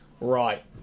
Right